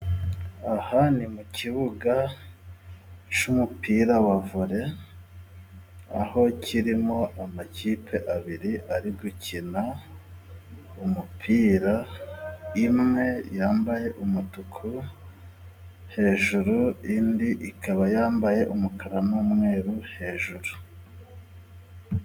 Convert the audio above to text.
Aha ni mu kibuga cy'umupira wa vole, aho kirimo amakipe abiri ari gukina umupira. Imwe yambaye umutuku hejuru indi ikaba yambaye umukara n'umweru hejuru.